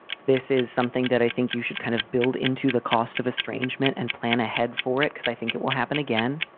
this is something that i think you should kind of build into the cost of estrangement and plan ahead for it, because i think it will happen again.